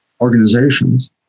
organizations